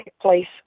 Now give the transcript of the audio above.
place